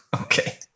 Okay